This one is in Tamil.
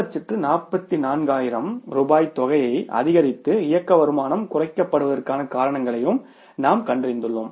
144000 ஆயிரம் ரூபாய் தொகை அதிகரித்து இயக்க வருமானம் குறைக்கப்படுவதற்கான காரணங்களை நாம் கண்டறிந்துள்ளோம்